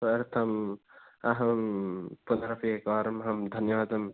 तदर्थं अहं पुनः एकवारम् अहं धन्यवादं